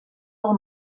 del